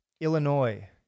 illinois